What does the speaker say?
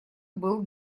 был